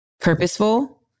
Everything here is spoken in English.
purposeful